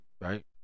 Right